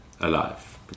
alive